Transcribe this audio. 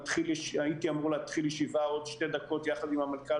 הייתי אמור להתחיל ישיבה עוד שתי דקות יחד עם המנכ"ל